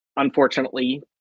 Unfortunately